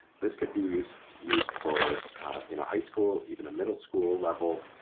this could be used used for in a high school, even a middle school level,